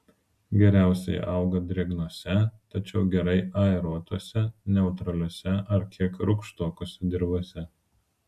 geriausiai auga drėgnose tačiau gerai aeruotose neutraliose ar kiek rūgštokose dirvose